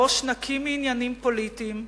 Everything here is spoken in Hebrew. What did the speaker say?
בראש נקי מעניינים פוליטיים,